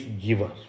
giver